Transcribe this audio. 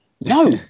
no